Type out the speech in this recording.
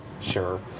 sure